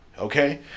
Okay